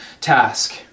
task